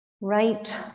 right